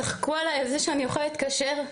צחקו עליי על זה שאני אוכלת כשר.